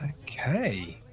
Okay